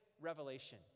revelation